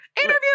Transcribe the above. interview